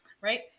right